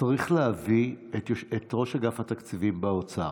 צריך להביא את ראש אגף התקציבים באוצר,